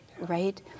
right